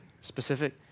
specific